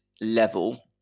level